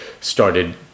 started